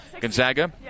Gonzaga